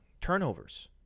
turnovers